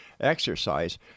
exercise